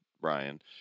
Brian